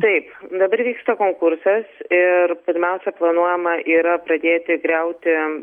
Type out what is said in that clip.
taip dabar vyksta konkursas ir pirmiausia planuojama yra pradėti griauti